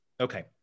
Okay